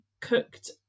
cooked